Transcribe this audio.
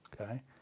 Okay